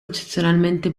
eccezionalmente